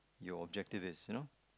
your objective is you know